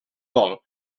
dol